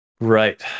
right